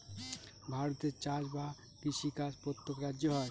ভারতে চাষ বা কৃষি কাজ প্রত্যেক রাজ্যে হয়